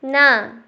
ନା